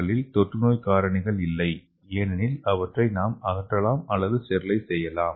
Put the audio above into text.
களில் தொற்றுநோய் காரணிகள் இல்லை ஏனெனில் அவற்றை அகற்றலாம் அல்லது ஸ்டெரிலைஸ் செய்யலாம்